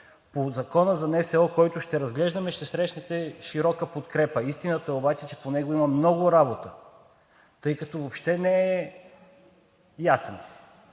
По Закона за НСО, който ще разглеждаме, ще срещнете широка подкрепа. Истината обаче е, че по него има много работа, тъй като въобще не е ясен.